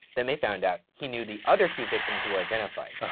then they found out he knew the other two victims who were identified,